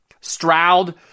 Stroud